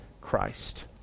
Christ